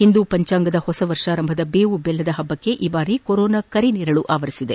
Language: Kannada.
ಹಿಂದೂ ಪಂಚಾಂಗದ ಹೊಸ ವರ್ಷಾರಂಭದ ಬೇವು ಬೆಲ್ಲದ ಹಬ್ಬಕ್ಕೆ ಈ ಬಾರಿ ಕೊರೋನಾ ಕರಿ ನೆರಳು ಆವರಿಸಿದೆ